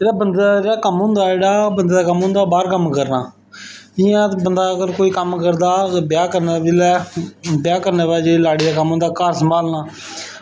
ओह् बंदे दा कम्म होंदा जेह्ड़ा ओह् होंदा बाहर कम्म करना अगर कोई बंदा कम्म करना ब्याह् करने दे ब्याह् करने बाद लाड़ी दा कम्म होंदा घर संभालना